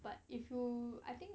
but if you I think